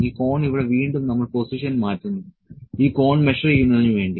ഈ കോൺ ഇവിടെ വീണ്ടും നമ്മൾ പൊസിഷൻ മാറ്റുന്നു ഈ കോൺ മെഷർ ചെയ്യുന്നതിന് വേണ്ടി